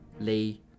Lee